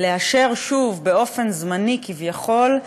לאשר שוב, באופן זמני כביכול,